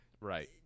Right